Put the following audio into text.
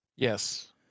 Yes